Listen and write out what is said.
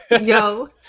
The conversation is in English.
Yo